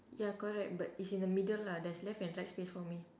ya correct but it's in the middle lah there's left and right space for me